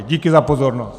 Díky za pozornost.